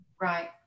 Right